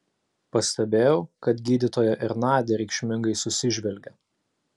pastebėjau kad gydytoja ir nadia reikšmingai susižvelgė